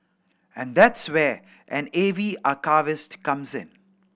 and that's where an A V archivist comes in